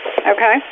okay